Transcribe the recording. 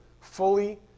fully